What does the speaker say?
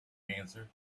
answered